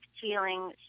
feeling